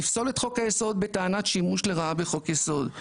יפסול את חוק היסוד בטענת שימוש לרעה בחוק יסוד.